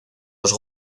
los